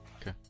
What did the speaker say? okay